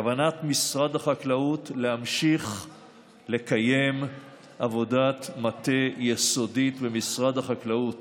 בכוונת משרד החקלאות להמשיך לקיים עבודת מטה יסודית במשרד החקלאות